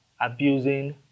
abusing